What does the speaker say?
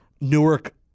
Newark